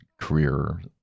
career